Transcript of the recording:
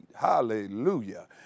hallelujah